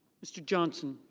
mr. johnson.